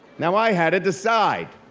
now, i had to decide,